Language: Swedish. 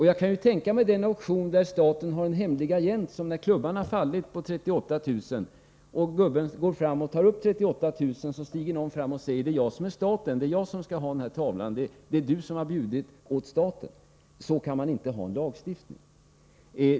Jag kan föreställa mig den auktion där staten har en hemlig agent som, när klubban har fallit för 38 000 kr. och dessa pengar skall tas upp, stiger fram och säger: Det är jag som är staten och skall ha den här tavlan — du har bjudit åt staten. Så kan man inte ha en lagstiftning.